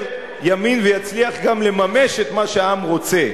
ימין ויצליח גם לממש את מה שהעם רוצה,